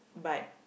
but